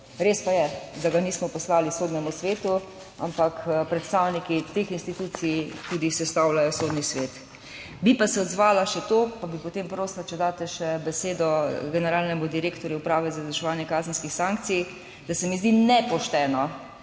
Res pa je, da ga nismo poslali Sodnemu svetu, ampak predstavniki teh institucij tudi sestavljajo Sodni svet. Bi pa se odzvala še to, pa bi potem prosila, če daste še besedo generalnemu direktorju Uprave za izvrševanje kazenskih sankcij, da se mi zdi nepošteno